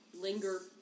linger